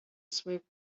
swimming